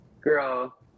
girl